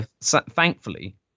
thankfully